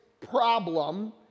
problem